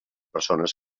persones